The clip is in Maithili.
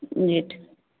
जी ठीक